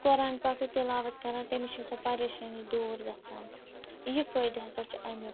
قۄرانِ پاکٕچ تِلاوت کَران تٔمِس چھِ سۄ پریشٲنی دوٗر گژھان یہِ فٲیدٕ ہسا چھُ اَمیٛک